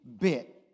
bit